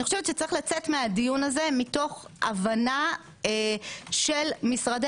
אני חושבת שצריך לצאת מהדיון הזה מתוך הבנה של משרדי